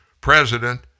president